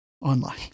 online